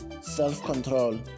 self-control